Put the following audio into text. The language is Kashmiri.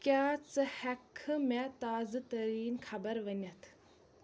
کیٛاہ ژٕ ہٮ۪کہٕ مےٚ تازٕ تٔریٖن خبرٕ ؤنِتھ